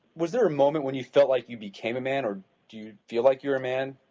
was there a moment when you felt like you became a man or do you feel like you are a man?